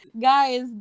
guys